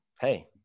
hey